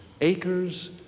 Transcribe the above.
acres